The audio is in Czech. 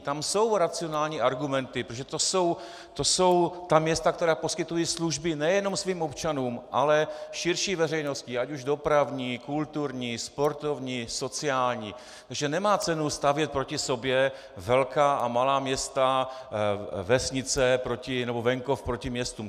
Tam jsou racionální argumenty, protože to jsou města, která poskytují služby nejen svým občanům, ale i širší veřejnosti, ať už dopravní, kulturní, sportovní, sociální, že nemá cenu stavět proti sobě velká a malá města, vesnice nebo venkov proti městům.